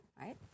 right